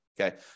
Okay